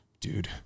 dude